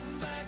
back